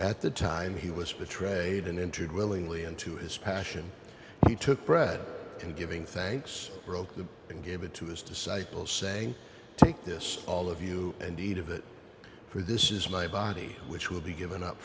at the time he was betrayed and entered willingly into his passion he took bread and giving thanks broke the and gave it to his disciples saying this all of you and eat of it for this is my body which will be given up